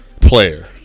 Player